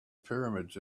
pyramids